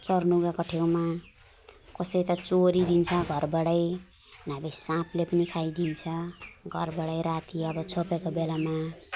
चर्नु गएको ठाउँमा कसै त चोरिदिन्छ घरबाट नभए साँपले पनि खाइदिन्छ घरबाट राति अब छोपेको बेलामा